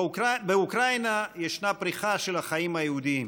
באוקראינה ישנה פריחה של החיים היהודיים.